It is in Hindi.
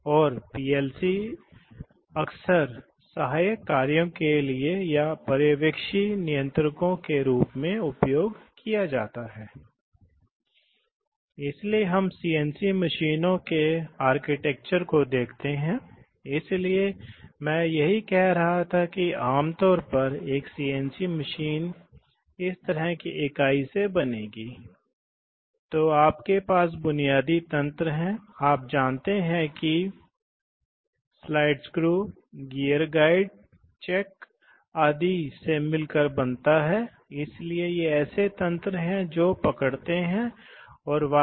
अब हम एक्ट्यूएटर तत्वों या न्यूमेटिक्स सिलेंडर में आते हैं न्यूमेटिक्स सिलेंडर में बल की क्षमता कम होती है लेकिन उनकी क्षमता अधिक होती है उनके पास उच्च गति होती है क्योंकि वे आम तौर पर कम भार के खिलाफ होते हैं और यह धारणा नहीं है इसलिए गति इतनी सटीक नहीं है कि इस तथ्य के कारण आप जानते हैं कि स्थिरता अधिक है और हवा के रिसाव को रोकने के लिए सील तंग हैं ताकि आप जानते हैं कि पंप द्वारा विकसित ऊर्जा बर्बाद नहीं हुई है इसलिए उच्च घर्षण के कारण आपको स्टिक स्लिप गति का पता चल जाता है इसलिए गति को फटने की आवश्यकता होती है और सटीक गति नियंत्रण की आवश्यकता होती है जैसा कि हाइड्रोलिक्स में संभव नहीं है